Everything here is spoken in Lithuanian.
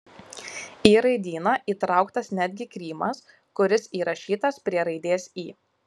į raidyną įtrauktas netgi krymas kuris įrašytas prie raidės y